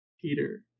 Peter